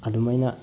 ꯑꯗꯨꯃꯥꯏꯅ